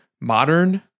modern